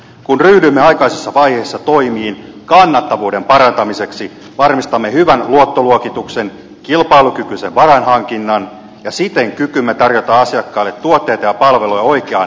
kun ryhdymme aikaisessa vaiheessa toimiin kannattavuuden parantamiseksi varmistamme hyvän luottoluokituksen kilpailukykyisen varainhankinnan ja siten kykymme tarjota asiakkaille tuotteita ja palveluja oikeaan hintaan